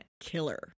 killer